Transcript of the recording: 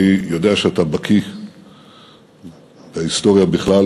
אני יודע שאתה בקי בהיסטוריה בכלל,